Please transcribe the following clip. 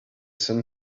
sun